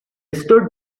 stood